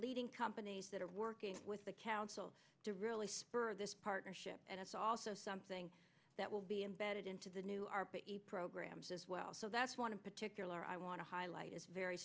leading companies that are working with the council to really spur this partnership and it's also something that will be embedded into the new art programs as well so that's one particular i want to highlight is very